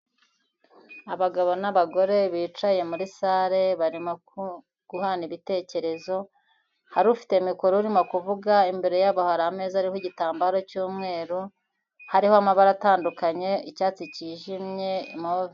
Abagabo n'abagore bicaye muri sare barimo guhana ibitekerezo, hari ufite mikoro urimo kuvuga, imbere yabo hari ameza ariho igitambaro cy'umweru, hariho amabara atandukanye icyatsi cyijimye, move.